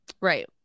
Right